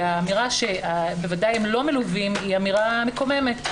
האמירה שבוודאי הם לא מלווים היא אמירה מקוממת,